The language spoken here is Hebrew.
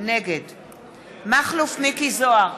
נגד מכלוף מיקי זוהר,